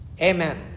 Amen